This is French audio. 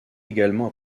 également